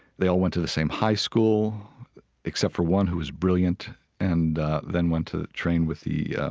they all went to the same high school except for one who was brilliant and then, went to train with the, yeah